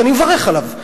שאני מברך עליו,